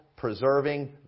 preserving